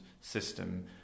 system